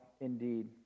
indeed